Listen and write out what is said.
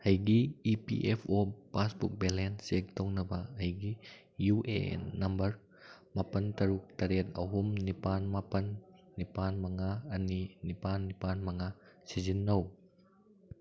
ꯑꯩꯒꯤ E P F O passbook balance check ꯇꯧꯅꯕ ꯑꯩꯒꯤ ꯌꯨ ꯑꯦ ꯑꯦꯟ ꯅꯝꯕꯔ ꯃꯥꯄꯜ ꯇꯔꯨꯛ ꯇꯔꯦꯠ ꯑꯍꯨꯝ ꯅꯤꯄꯥꯜ ꯃꯥꯄꯜ ꯅꯤꯄꯥꯜ ꯃꯉꯥ ꯑꯅꯤ ꯅꯤꯄꯥꯟꯜ ꯅꯤꯄꯥꯜ ꯃꯉꯥ ꯁꯤꯖꯤꯟꯅꯧ